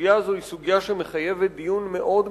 הסוגיה הזאת היא סוגיה שמחייבת דיון כולל,